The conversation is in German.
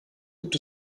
gibt